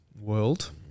world